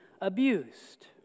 abused